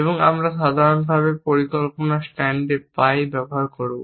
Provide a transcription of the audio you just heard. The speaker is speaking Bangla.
এবং আমরা সাধারণভাবে পরিকল্পনার স্ট্যান্ডে পাই ব্যবহার করব